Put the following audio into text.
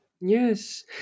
Yes